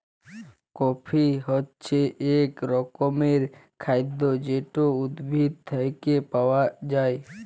coffee হছে ইক রকমের খাইদ্য যেট উদ্ভিদ থ্যাইকে পাউয়া যায়